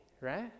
right